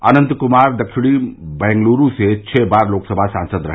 अनंत कुमार दक्षिणी बंगलुरू से छह बार लोकसभा सांसद रहे